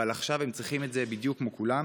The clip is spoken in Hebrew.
אבל עכשיו הם צריכים את זה בדיוק כמו כולם.